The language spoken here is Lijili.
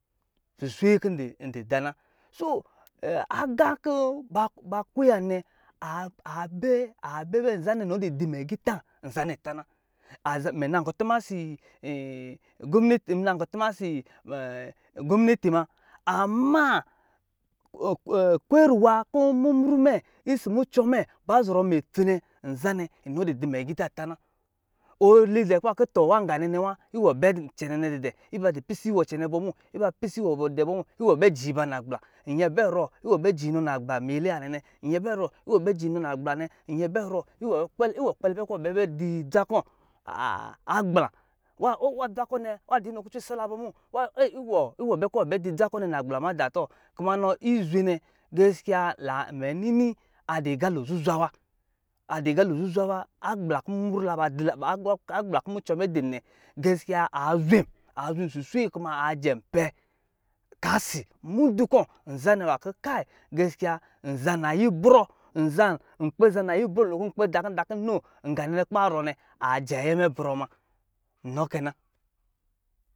Susei kɔ ndu dana so aga kɔ ba kwa ya nɛ abɛ inɔ dudɔ mɛ asita nzanɛ tuna mɛ nakutuma ɔsɔ gomneti-gomneti ma ama kwayariwa kɔ mmumru mɛ, mucɔ mɛ ba zɔrɔ mɛ itsi nɛ nza nɛ nɔ du dɔ mɛ aga ita ta na ɔli dɛɛ kɔ batakɔ tɔ nganɛnɛ wa iwɔ bɛcɛ asnɛ didɛ iba dɔ pisɛ wɔ cɛnɛnɛ bɔmu iba dɔ pisɛ iwɔ bɔ mu iwɔ bɛ jɛ iba nagbla nyɛ bɛ ru iwɔ bɛ jɛ iba nagblɛ dɛdɛ nyɛ bɛrɔ iwɔ bɛ jɛ inɔ na gbla dɛ na nyɛ bɛ rɔ iwɔ bɛ jɛ dza kɔ nagbla o nwa dze kɔ nɛ nwa dɔ inɔ kucɔ isal nɔmu iwɔ iwɔ bɛ ki wɔ bɛ di za kɔ nɛ nagbla meda tɔ kuma nɔ izwe nɛ geskiya mɛ nini adɔ zwa adu aga zuzwa wa agbla kɔ mucɔ mɛ din nɛ gaskiya azwen kuma ajɛn pa kasi mudu kɔ nzanɛ nwa kɔ geskiya nzanayɛ ibrɔ lokɔ nko s takɔ ngakɔ ba zɔrɔ nɛ ajɛ ayɛ mɛ brɔ ma nukɛna